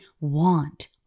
want